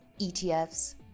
ETFs